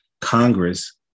congress